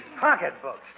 pocketbooks